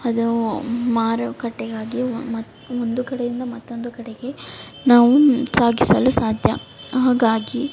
ಅದು ಮಾರುಕಟ್ಟೆಗಾಗಿ ಮತ್ತು ಒಂದು ಕಡೆಯಿಂದ ಮತ್ತೊಂದು ಕಡೆಗೆ ನಾವು ಸಾಗಿಸಲು ಸಾಧ್ಯ ಹಾಗಾಗಿ